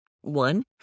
One